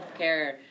healthcare